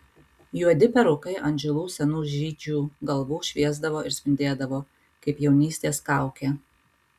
juodi perukai ant žilų senų žydžių galvų šviesdavo ir spindėdavo kaip jaunystės kaukė